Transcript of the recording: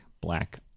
black